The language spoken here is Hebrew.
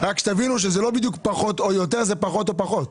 רק שתבינו שזה לא בדיוק "פחות או יותר"; זה פחות או פחות.